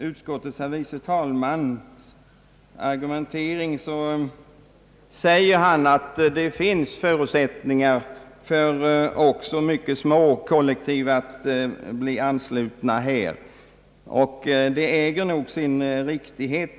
Utskottets ordförande anför att det finns möjligheter för också mycket små kollektiv att bli anslutna till grupplivförsäkringen, och det äger nog sin riktighet.